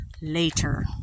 later